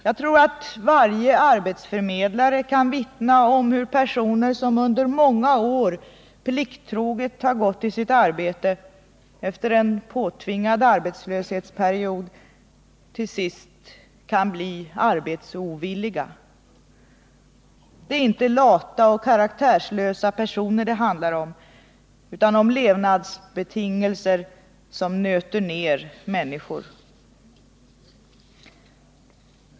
Jag tror att varje arbetsförmedlare kan vittna om hur personer som under många år plikttroget gått till sitt arbete, efter en påtvingad arbetslöshetsperiod till sist kan bli arbetsovilliga. Det är inte lata, karaktärslösa personer det handlar om — utan om levnadsbetingelser som nöter ned människor.